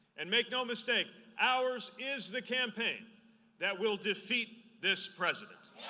and make no mistake, ours is the campaign that will defeat this president.